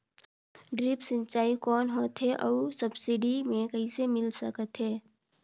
Drip सिंचाई कौन होथे अउ सब्सिडी मे कइसे मिल सकत हे?